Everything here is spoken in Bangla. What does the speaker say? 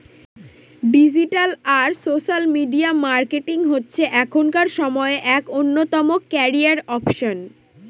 ডিজিটাল আর সোশ্যাল মিডিয়া মার্কেটিং হচ্ছে এখনকার সময়ে এক অন্যতম ক্যারিয়ার অপসন